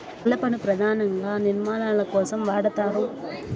కలపను పధానంగా నిర్మాణాల కోసం వాడతారు